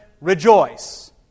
rejoice